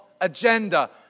agenda